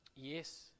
Yes